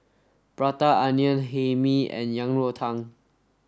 Prata Onion Hae Mee and Yang Rou Tang